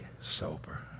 sober